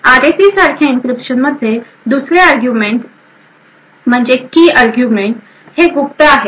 R A C सारख्या encryption मध्ये दुसरे आरगयूमेंट की आरगयूमेंट हे गुप्त आहे